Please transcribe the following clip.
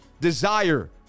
desire